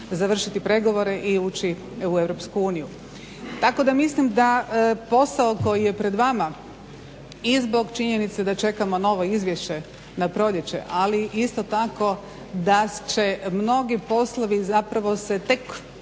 završiti pregovore i ući u EU. Tako da mislim da posao koji je pred vama i zbog činjenice da čekamo novo izvješće na proljeće, ali isto tako da će mnogi poslovi zapravo se tek